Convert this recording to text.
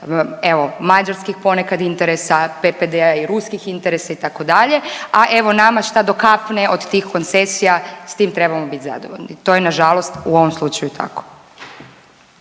evo mađarskih ponekad interesa, PPD-a i ruskih interesa itd., a evo nama šta dokapne od tih koncesija s tim trebamo bit zadovoljni. To je nažalost u ovom slučaju tako.